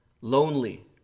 Lonely